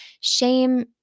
shame